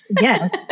Yes